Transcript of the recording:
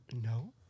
no